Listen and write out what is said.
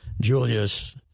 Julius